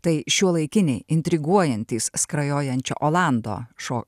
tai šiuolaikiniai intriguojantys skrajojančio olando šo